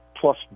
plus